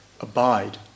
abide